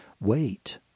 wait